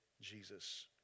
Jesus